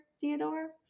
Theodore